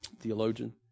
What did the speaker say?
theologian